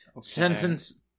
Sentence